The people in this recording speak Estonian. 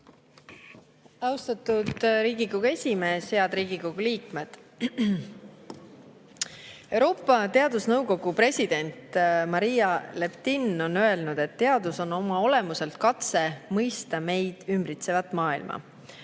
Austatud Riigikogu esimees! Head Riigikogu liikmed! Euroopa Teadusnõukogu president Maria Leptin on öelnud, et teadus on oma olemuselt katse mõista meid ümbritsevat maailma.